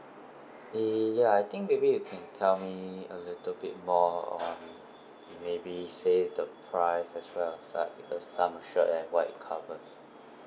ya I think maybe you can tell me a little bit more on maybe say the price as well like the sum assured and what it covers